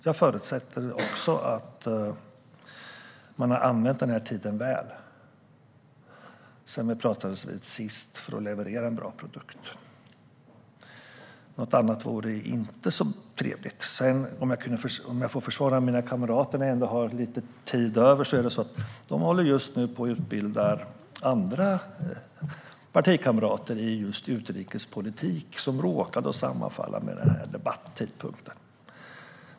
Jag förutsätter också att man har använt tiden väl sedan vi pratades vid sist för att leverera en bra produkt. Något annat vore inte så trevligt. Om jag får försvara mina kamrater, nu när jag har lite talartid över, vill jag säga att de just nu håller på att utbilda andra partikamrater i just utrikespolitik, och det råkade sammanfalla med den här debattidpunkten.